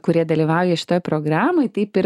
kurie dalyvauja šitoj programoj taip ir